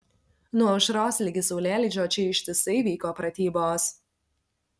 nuo aušros ligi saulėlydžio čia ištisai vyko pratybos